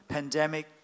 Pandemic